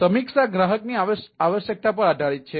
તેથી સમીક્ષા ગ્રાહકની આવશ્યકતા પર આધારિત છે